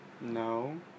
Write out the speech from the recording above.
No